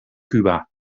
cuba